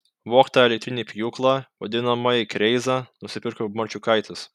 vogtą elektrinį pjūklą vadinamąjį kreizą nusipirko marčiukaitis